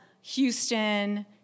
Houston